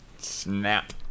Snap